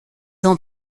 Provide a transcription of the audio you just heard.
ont